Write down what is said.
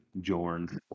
Jorn